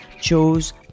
chose